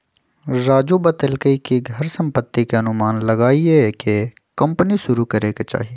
राजू बतलकई कि घर संपत्ति के अनुमान लगाईये के कम्पनी शुरू करे के चाहि